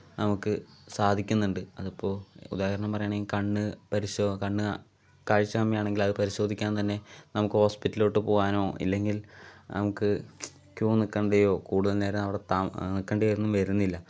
നമുക്ക് സാധിക്കുന്നുണ്ട് അതിപ്പോൾ ഉദാഹരണം പറയുകയാണെങ്കിൽ കണ്ണ് പരിശോ കണ്ണ് കാഴ്ച കമ്മിയാണെങ്കിൽ അത് പരിശോധിക്കാൻ തന്നെ നമുക്ക് ഹോസ്പിറ്റലിലോട്ട് പോകണോ അല്ലെങ്കിൽ നമുക്ക് ക്യൂ നിൽക്കേണ്ടിയോ കൂടുതൽ നേരം അവിടെ നിൽക്കേണ്ടിയൊന്നും വരുന്നില്ല